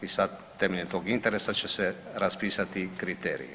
I sad temeljem tog interesa će se raspisati kriteriji.